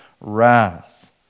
wrath